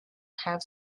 have